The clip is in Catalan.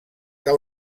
que